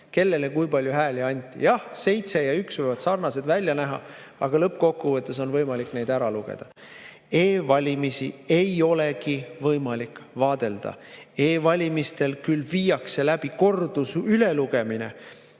kellele kui palju hääli anti. Jah, 7 ja 1 võivad sarnased välja näha, aga lõppkokkuvõttes on võimalik need ära lugeda. E-valimisi ei olegi võimalik vaadelda. E-valimistel küll viiakse läbi kordusülelugemine,